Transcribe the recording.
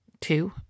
Two